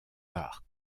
arts